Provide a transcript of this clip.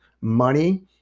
money